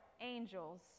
angels